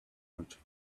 ort